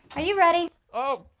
are you ready? oh,